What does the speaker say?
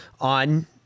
on